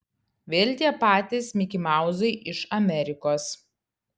vėl tie patys mikimauzai iš amerikos